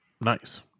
Nice